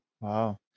Wow